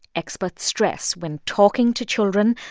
experts stress when talking to children,